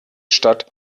statt